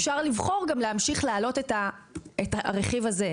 אפשר גם לבחור להמשיך להעלות את הרכיב הזה,